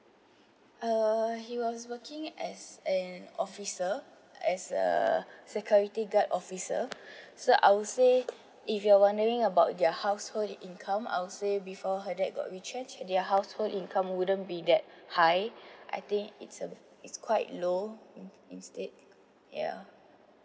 uh he was working as an officer as a security guard officer so I would say if you're wondering about their household income I'll say before her dad got retrenched their household income wouldn't be that high I think it's uh it's quite low (m) instead ya